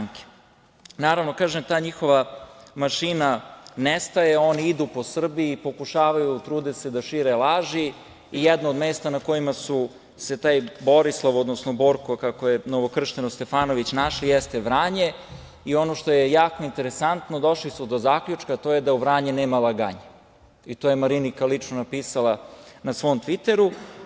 Naravno, ta njihova mašina ne staje, oni idu po Srbiji, pokušavaju, trude se da šire laži i jedno od mesta na kojima su se, taj Borislav, odnosno Borko, kako je novokršteno Stefanović, našli jeste Vranje i ono što je jako interesantno došli su do zaključka da u „Vranje nema laganje“ i to je Marinika lično napisala na svom Tviteru.